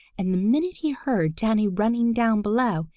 and the minute he heard danny running down below,